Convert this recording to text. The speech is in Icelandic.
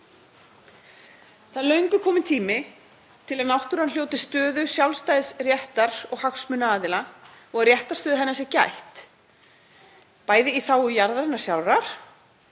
Það er löngu kominn tími til að náttúran hljóti stöðu sjálfstæðs réttar- og hagsmunaaðila og að réttarstöðu hennar sé gætt, bæði í þágu jarðarinnar sjálfrar